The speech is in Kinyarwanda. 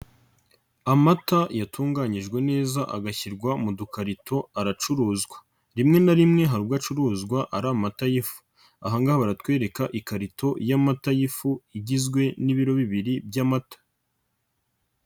Amata yatunganyijwe neza agashyirwa mu dukarito, aracuruzwa. Rimwe na rimwe hari ubwo acuruzwa ari amata y'ifu. Aha ngaha baratwereka ikarito y'amata y'ifu, igizwe n'ibiro bibiri by'amata.